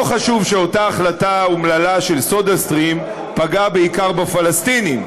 לא חשוב שאותה החלטה אומללה של סודה סטרים פגעה בעיקר בפלסטינים,